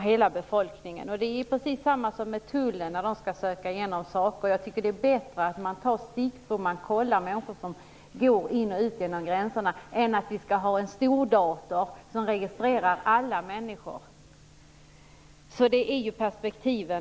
hela befolkningen. Det är precis samma sak när tullen skall söka igenom saker. Det är bättre att man tar stickprov, att man kollar människor som går in och ut genom gränserna än att det finns en stordator som registrerar alla människor. Det är perspektiven.